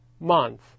month